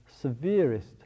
severest